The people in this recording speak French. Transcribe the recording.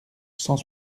cent